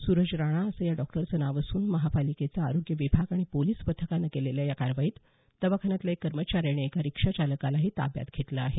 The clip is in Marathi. सुरज राणा असं या डॉक्टरचं नाव असून महापालिकेचा आरोग्य विभाग आणि पोलिस पथकानं केलेल्या या कारवाईत दवाखान्यातला एक कर्मचारी आणि एका रिक्षाचालकालाही ताब्यात घेतलं आहे